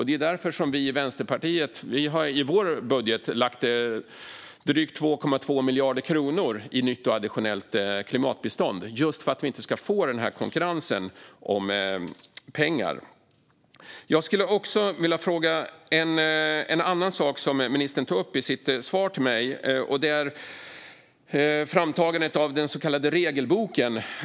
Det är därför Vänsterpartiet i sitt budgetförslag har lagt drygt 2,2 miljarder i nytt och additionellt klimatbistånd - just för att vi inte ska få den här konkurrensen om pengar. Jag skulle också vilja fråga om en annan sak som ministern tog upp i sitt svar till mig, och det gäller framtagandet av den så kallade regelboken.